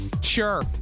Sure